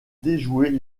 déjouer